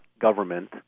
government